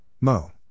Mo